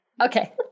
Okay